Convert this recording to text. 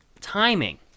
Timing